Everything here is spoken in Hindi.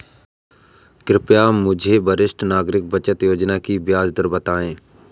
कृपया मुझे वरिष्ठ नागरिक बचत योजना की ब्याज दर बताएं?